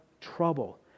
trouble